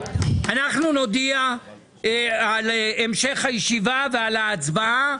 אנחנו נודיע על המשך הישיבה ועל ההצבעה.